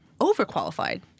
overqualified